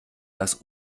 das